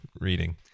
reading